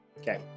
okay